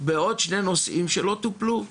בעוד שני נושאים שלא טופלו,